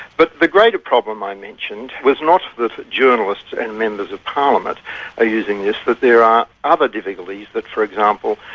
but the greater problem i mentioned was not that journalists and members of parliament are using this, but there are other difficulties that, for example,